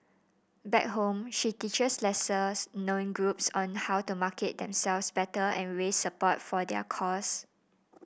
back home she teaches lesser known groups on how to market themselves better and raise support for their cause